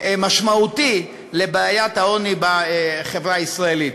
משמעותי לבעיית העוני בחברה הישראלית.